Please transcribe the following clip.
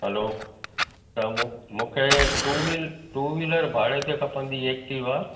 हलो त मु मुखे टू व्हील टू व्हीलर भाड़े ते खपंदी एक्टीवा